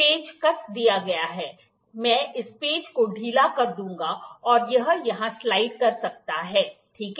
पेंच कस दिया गया है मैं इस पेंच को ढीला कर दूंगा और यह यहां स्लाइड कर सकता है ठीक है